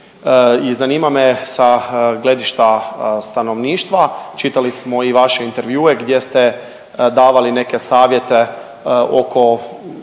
i zanima me sa gledišta stanovništva, čitali smo i vaše intervjue gdje ste davali neke savjete oko